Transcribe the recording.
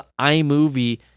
iMovie